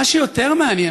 מה שיותר מעניין,